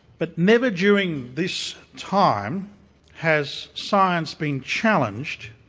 but never during this time has science been challenged